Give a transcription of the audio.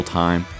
time